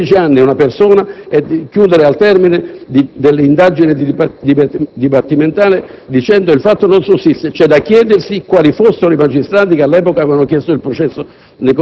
anni una persona e chiudere, al termine dell'indagine dibattimentale, dicendo che il fatto non sussiste. C'è da chiedersi quali fossero i magistrati che all'epoca avevano chiesto il processo